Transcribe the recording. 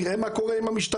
נראה מה קורה עם המשטרה,